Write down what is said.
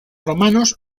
romanos